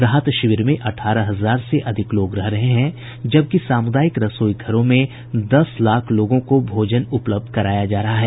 राहत शिविर में अठारह हजार से अधिक लोग रह रहे हैं जबकि सामुदायिक रसोई घरों से दस लाख लोगों को भोजन उपलब्ध कराया जा रहा है